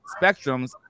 spectrums